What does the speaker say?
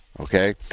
Okay